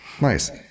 Nice